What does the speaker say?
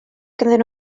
ganddyn